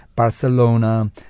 Barcelona